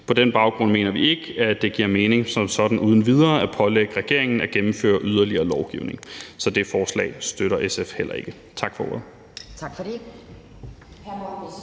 På den baggrund mener vi ikke, at det som sådan giver mening uden videre at pålægge regeringen at gennemføre yderligere lovgivning. Så det forslag støtter SF heller ikke. Tak for ordet.